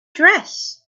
dress